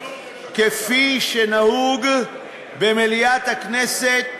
כפי שנהוג במליאת הכנסת